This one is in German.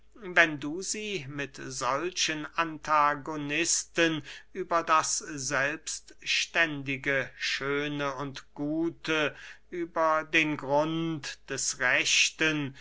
wenn du sie mit solchen antagonisten über das selbstständige schöne und gute über den grund des rechten